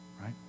right